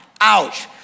Ouch